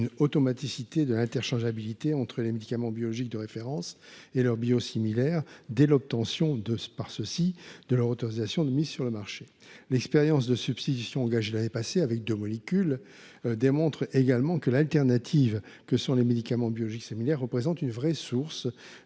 d’une automaticité de l’interchangeabilité entre les médicaments biologiques de référence et leur biosimilaire dès l’obtention de leur autorisation de mise sur le marché. L’expérience de la substitution engagée l’année passée sur deux molécules démontre également que la solution de remplacement que sont les médicaments biologiques similaires représente une vraie source